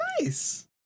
Nice